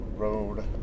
road